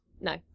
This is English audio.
No